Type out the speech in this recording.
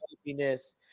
happiness